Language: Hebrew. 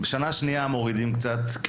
בשנה השנייה מורידים קצת,